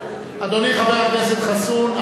אדוני חבר הכנסת חסון,